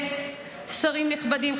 שרים נכבדים,